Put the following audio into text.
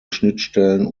schnittstellen